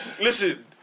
Listen